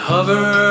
Hover